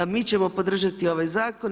Mi ćemo podržati ovaj zakon.